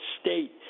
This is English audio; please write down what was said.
state